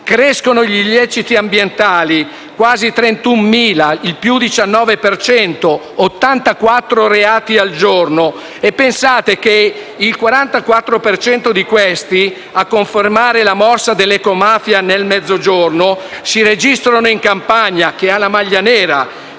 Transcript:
Crescono gli illeciti ambientali: quasi 31.000, il più 19 per cento, 84 reati al giorno. E pensate che il 44 per cento di questi, a confermare la morsa dell'ecomafia nel Mezzogiorno, si registrano in Campania, che ha la maglia nera,